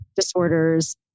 disorders